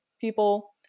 people